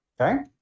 Okay